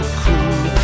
cool